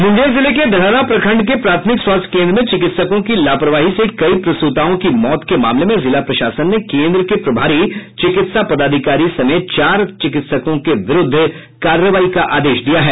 मुंगेर जिले के धरहरा प्रखंड के प्राथमिक स्वास्थ्य केन्द्र में चिकित्सकों की लापरवाही से कई प्रसूताओं की मौत के मामले में जिला प्रशासन ने केन्द्र के प्रभारी चिकित्सा पदाधिकारी समेत चार चिकित्सकों के विरूद्व कार्रवाई का आदेश दिया है